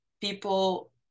people